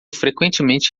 frequentemente